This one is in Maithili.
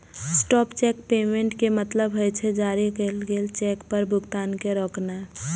स्टॉप चेक पेमेंट के मतलब होइ छै, जारी कैल गेल चेक पर भुगतान के रोकनाय